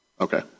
Okay